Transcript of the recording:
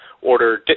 Order